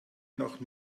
nach